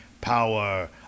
Power